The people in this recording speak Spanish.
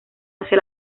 hacia